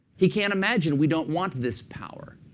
he can't imagine we don't want this power.